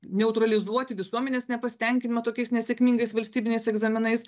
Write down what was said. neutralizuoti visuomenės nepasitenkinimą tokiais nesėkmingais valstybiniais egzaminais